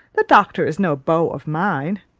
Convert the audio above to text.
the doctor is no beau of mine.